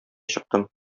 чыктым